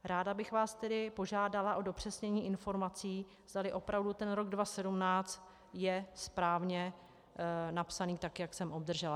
Ráda bych vás tedy požádala o dopřesnění informací, zdali opravdu ten rok 2017 je správně napsaný, tak jak jsem obdržela.